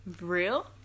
Real